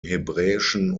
hebräischen